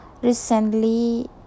Recently